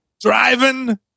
Driving